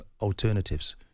alternatives